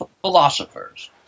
philosophers